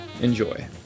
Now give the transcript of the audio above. Enjoy